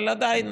אבל עדיין,